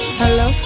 hello